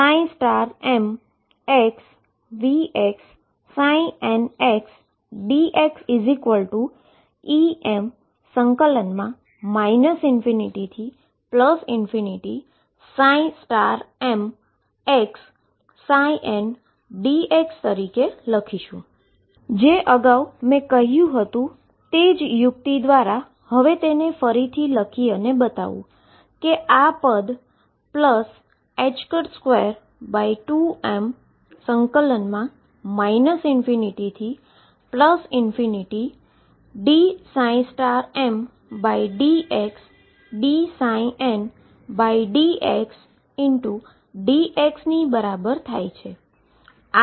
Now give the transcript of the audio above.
હવે અગાઉ મે જેમ કર્યુ હતુ તે જ યુક્તિ દ્વારા તેને ફરીથી બતાવી શકું છું અને આ ટર્મ 22m ∞dmdxdndxdx ની બરાબર છે